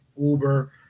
uber